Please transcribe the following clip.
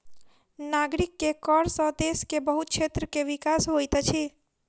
नागरिक के कर सॅ देश के बहुत क्षेत्र के विकास होइत अछि